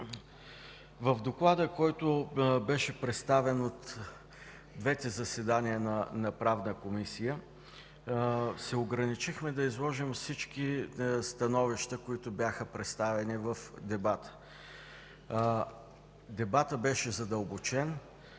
В доклада, който беше представен от двете заседания на Правна комисия, се ограничихме да изложим всички становища, които бяха представени в дебата. Дебатът беше задълбочен.